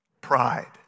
pride